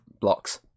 blocks